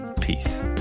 peace